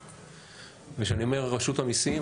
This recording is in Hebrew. כשאני אומר רשות המיסים,